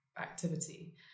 activity